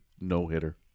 no-hitter